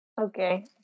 Okay